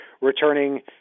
returning